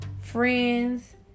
friends